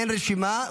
אין רשימה,